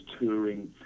touring